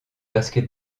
basket